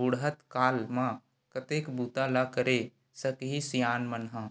बुड़हत काल म कतेक बूता ल करे सकही सियान मन ह